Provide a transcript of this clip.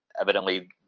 evidently